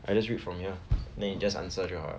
I just read from here then you just answer 就好 liao